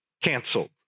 canceled